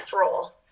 roll